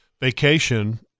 vacation